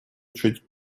чуть